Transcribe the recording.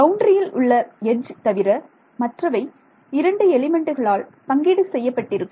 பவுண்டரியில் உள்ள எட்ஜ் தவிர மற்றவை இரண்டு எலிமெண்டுகளால் பங்கீடு செய்யப்பட்டிருக்கும்